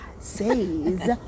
says